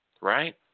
right